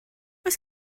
oes